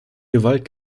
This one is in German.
gewalt